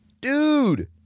Dude